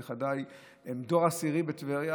נכדיי הם דור עשירי בטבריה,